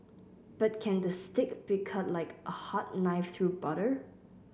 but can the steak be cut like a hot knife through butter